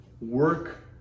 work